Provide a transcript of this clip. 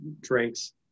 drinks